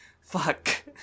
fuck